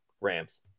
Rams